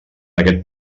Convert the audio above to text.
aquest